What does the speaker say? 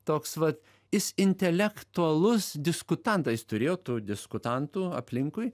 toks va jis intelektualus diskutantą jis turėjo tų diskutantų aplinkui